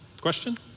Question